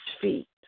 feet